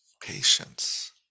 patience